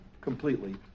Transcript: completely